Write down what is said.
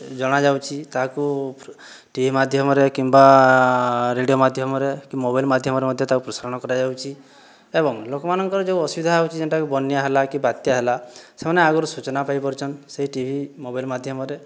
ଜଣାଯାଉଛି ତାହାକୁ ଟିଭି ମାଧ୍ୟମରେ କିମ୍ବା ରେଡ଼ିଓ ମାଧ୍ୟମରେ କି ମୋବାଇଲ୍ ମାଧ୍ୟମରେ ମଧ୍ୟ ତାକୁ ପ୍ରସାରଣ କରାଯାଉଛି ଏବଂ ଲୋକମାନଙ୍କର ଯେଉଁ ଅସୁବିଧା ହେଉଛି ଯେନ୍ଟାକି ବନ୍ୟା ହେଲା କି ବାତ୍ୟା ହେଲା ସେମାନେ ଆଗରୁ ସୂଚନା ପାଇପାରୁଛନ୍ ସେଇ ଟିଭି ମୋବାଇଲ୍ ମାଧ୍ୟମରେ